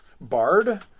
Bard